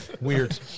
weird